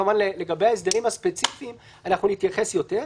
כמובן לגבי ההסדרים הספציפיים נתייחס יותר.